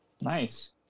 Nice